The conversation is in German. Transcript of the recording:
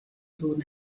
sohn